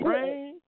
Rain